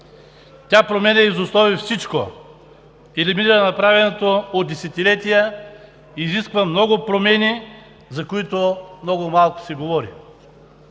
Тя променя из основи всичко – елиминира направеното от десетилетия, изисква много промени, за които много малко се говори.